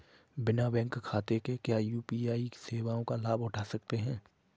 बिना बैंक खाते के क्या यू.पी.आई सेवाओं का लाभ उठा सकते हैं?